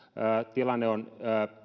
tilanne on